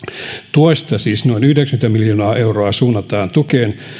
tuesta siis noin yhdeksänkymmentä miljoonaa euroa suunnataan tukeen